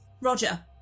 Roger